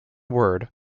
word